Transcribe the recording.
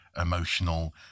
emotional